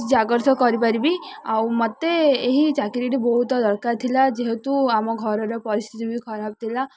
ଜାଗ୍ରତ କରିପାରିବି ଆଉ ମୋତେ ଏହି ଚାକିରିଟି ବହୁତ ଦରକାର ଥିଲା ଯେହେତୁ ଆମ ଘରର ପରିସ୍ଥିତି ବି ଖରାପ ଥିଲା